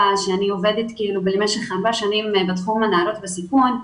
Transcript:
אחרי שאני עובדת במשך ארבע שנים בתחום נערות בסיכון.